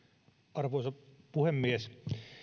arvoisa puhemies